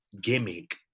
gimmick